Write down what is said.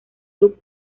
club